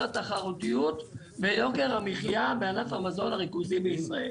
התחרותיות ויוקר המחייה בענף המזון הריכוזי בישראל.